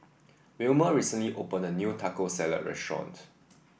Wilmer recently opened a new Taco Salad restaurant